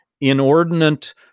inordinate